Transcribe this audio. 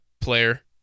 player